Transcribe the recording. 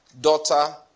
Daughter